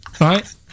Right